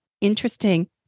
interesting